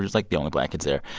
like, the only black kids there.